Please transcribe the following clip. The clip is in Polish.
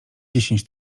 dziesięć